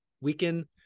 weaken